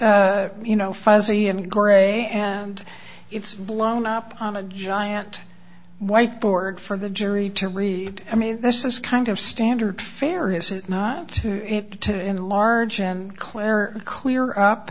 it's you know fuzzy and gray and it's blown up on a giant white board for the jury to read i mean this is kind of standard fare is it not to enlarge and claire clear up